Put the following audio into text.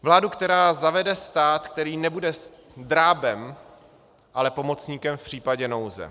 Vládu, která zavede stát, který nebude drábem, ale pomocníkem v případě nouze.